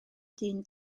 dyn